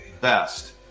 best